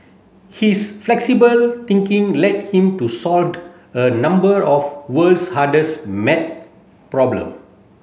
his flexible thinking led him to solved a number of world's hardest maths problem